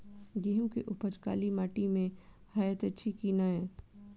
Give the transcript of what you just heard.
गेंहूँ केँ उपज काली माटि मे हएत अछि की नै?